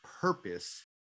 purpose